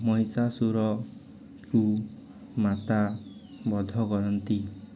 ମହିଷାସୁରକୁ ମାତା ବଧ କରନ୍ତି